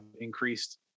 increased